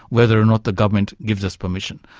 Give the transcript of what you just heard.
whether or not the government gives us permission.